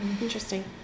interesting